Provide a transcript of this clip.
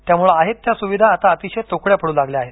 त्यामुळे आहेत त्या सुविधा आता अतिशय तोकड्या पड्र लागल्या आहेत